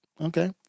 okay